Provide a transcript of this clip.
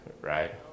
right